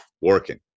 working